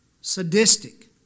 sadistic